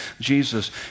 Jesus